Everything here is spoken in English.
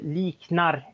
liknar